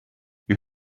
you